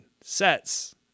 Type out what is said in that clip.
sets